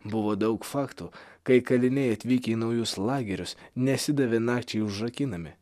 buvo daug faktų kai kaliniai atvykę į naujus lagerius nesidavė nakčiai užrakinami